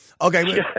Okay